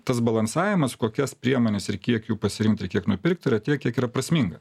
tas balansavimas kokias priemones ir kiek jų pasirinkt ir kiek nupirkti yra tiek kiek yra prasminga